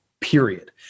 period